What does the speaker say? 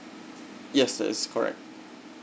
yes that is correct